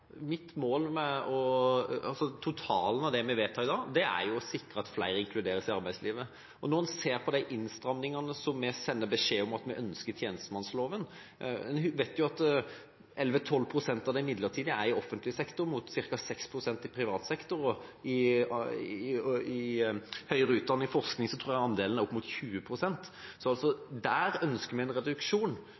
Mitt mål med – eller totalen av – det vi vedtar i dag, er å sikre at flere inkluderes i arbeidslivet. Når man ser på de innstrammingene som vi sender beskjed om at vi ønsker i tjenestemannsloven, vet man at 11–12 pst. av de midlertidige er i offentlig sektor, mot ca. 6 pst. i privat sektor, og i høyere utdanning og forskning tror jeg andelen er opp mot 20 pst. – der ønsker vi en reduksjon.